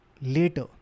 later